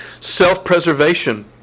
self-preservation